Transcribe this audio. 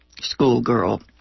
schoolgirl